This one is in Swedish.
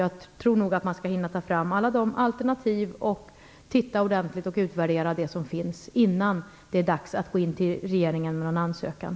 Jag tror nog att man skall hinna ta fram alla alternativ, titta ordentligt på dem och utvärdera det som finns innan det är dags att lämna in en ansökan till regeringen.